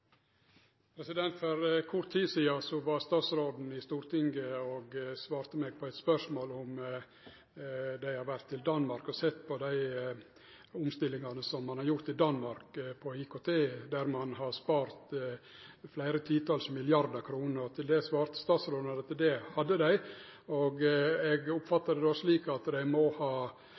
replikkordskifte. For kort tid sidan var statsråden i Stortinget og svarte meg på eit spørsmål om dei har vore i Danmark og sett på dei omstillingane som ein har gjort på IKT-området, der ein har spart fleire titalls milliardar kroner. Til det svarte statsråden at det hadde dei. Eg oppfatta det slik at dei